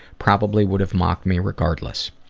probably would have mocked me regardless.